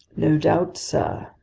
no doubt, sir,